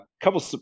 couple